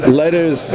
letters